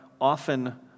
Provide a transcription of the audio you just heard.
often